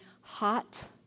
hot